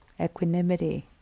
equanimity